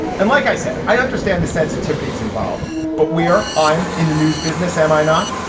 and like i said i understand the sensitivities involved but we are. i'm in the news business am i not.